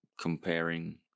comparing